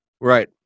Right